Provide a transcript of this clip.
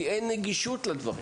כי אין נגישות לדברים.